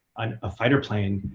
on a fighter plane.